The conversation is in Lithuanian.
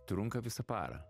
trunka visą parą